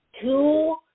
Two